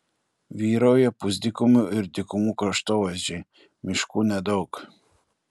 vyrauja pusdykumių ir dykumų kraštovaizdžiai miškų nedaug